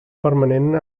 permanent